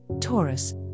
Taurus